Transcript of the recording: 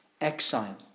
exile